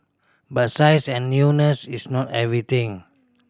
but size and newness is not everything